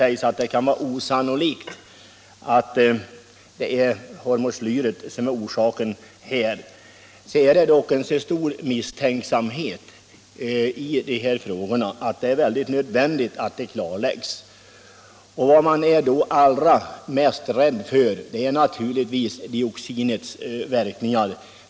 Även om det anses osannolikt att hormoslyret är orsaken, är misstänksamheten så stor att det är alldeles nödvändigt att orsaken klarläggs. Vad man allra mest fruktar är dioxinets verkningar.